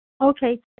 Okay